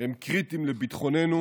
הם קריטיים לביטחוננו,